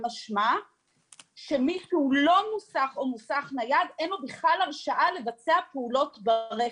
משמע שמישהו לא מוסך או מוסך נייד אין לו בכלל הרשאה לבצע פעולות ברכב.